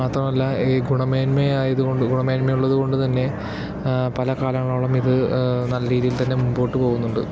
മാത്രമല്ല ഈ ഗുണമേന്മ ആയതുകൊണ്ട് ഗുണമേന്മ ഉള്ളത് കൊണ്ടുതന്നെ പല കാലങ്ങളോളം ഇത് നല്ല രീതിയിൽ തന്നെ മുൻപോട്ട് പോകുന്നുണ്ട്